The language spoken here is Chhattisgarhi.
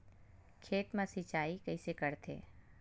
खेत मा सिंचाई कइसे करथे?